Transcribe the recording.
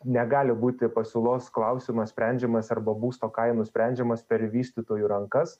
negali būti pasiūlos klausimas sprendžiamas arba būsto kainų sprendžiamas per vystytojų rankas